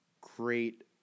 great